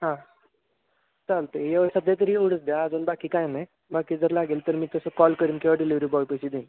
हां चालत आहे ये सध्या तरी एवढंच द्या अजून बाकी काही नाही बाकी जर लागेल तर मी तसं कॉल करेन किंवा डिलिवरी बॉयपाशी देईन